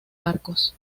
marcos